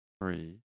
three